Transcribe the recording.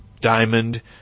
Diamond